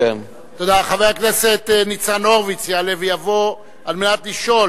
חבר הכנסת ניצן הורוביץ יעלה ויבוא על מנת לשאול